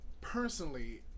personally